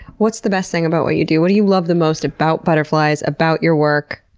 what's the best thing about what you do? what do you love the most about butterflies? about your work?